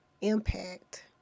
impact